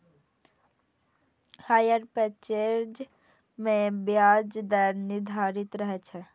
hire purchase मे ब्याज दर निर्धारित रहै छै